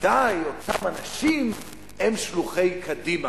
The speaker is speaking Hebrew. בוודאי אותם אנשים הם שלוחי קדימה,